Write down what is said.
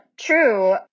true